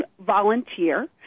volunteer